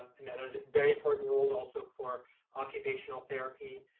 and that those are very important rules also for occupational therapy